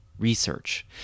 research